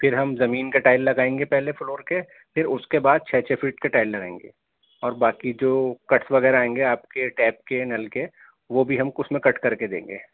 پھر ہم زمین کے ٹائل لگائیں گے پہلے فلور کے پھر اس کے بعد چھ چھ فیٹ کے ٹائل لگائیں گے اور باقی جو کٹس وغیرہ آئیں گے آپ کے ٹیپ کے نل کے وہ بھی ہم اس میں کٹ کر کے دیں گے